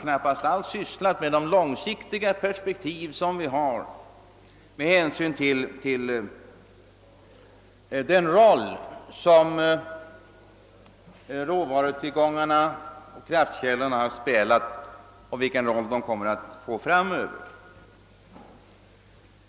knappast alls sysslat med de långsiktiga perspektiv som bör an läggas med hänsyn till den roll som våra råvarutillgångar och kraftkällor har spelat och kommer att spela framöver.